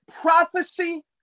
prophecy